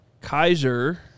Kaiser